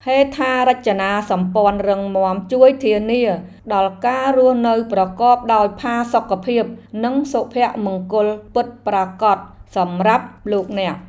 ហេដ្ឋារចនាសម្ព័ន្ធរឹងមាំជួយធានាដល់ការរស់នៅប្រកបដោយផាសុកភាពនិងសុភមង្គលពិតប្រាកដសម្រាប់លោកអ្នក។